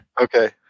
Okay